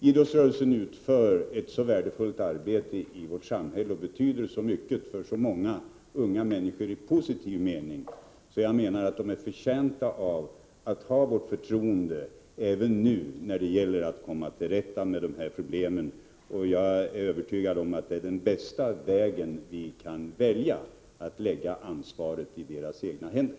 Idrottsrörelsen utför ett så betydelsefullt arbete i vårt samhälle, innebär så mycket positivt för så många unga människor, att jag menar att den förtjänar vårt förtroende även nu, när det gäller att komma till rätta med de här problemen. Jag är övertygad om att det är den bästa vägen vi kan välja — att lägga ansvaret i idrottsrörelsens egna händer.